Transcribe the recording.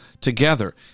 together